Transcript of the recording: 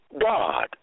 God